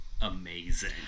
amazing